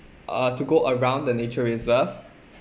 uh to go around the nature reserve